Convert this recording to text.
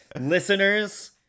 Listeners